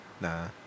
Nah